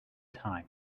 time